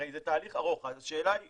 הרי זה תהליך ארוך, אז השאלה היא